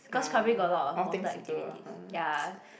it's cause Krabi got a lot of water activities ya